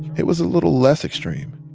it was a little less extreme.